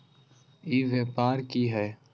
ई व्यापार की हाय?